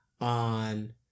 on